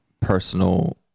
personal